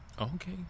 Okay